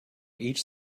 each